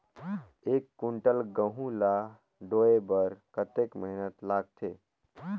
एक कुंटल गहूं ला ढोए बर कतेक मेहनत लगथे?